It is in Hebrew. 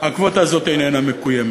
הקווטה הזאת איננה מקוימת,